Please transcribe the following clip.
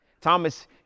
Thomas